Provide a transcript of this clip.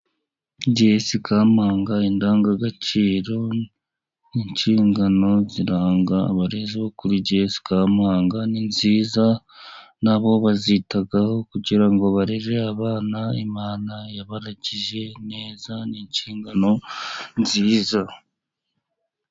Jiyesi Kampanga， indangagaciro，inshingano ziranga abarezi bo kuri Jiyesi Kampanga ni nziza， nabo bazitaho kugira ngo barere， abana imana yabaragije neza， ni inshingano nziza.